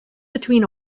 between